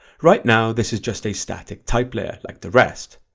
right now this is just a static type layer like the rest,